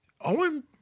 Owen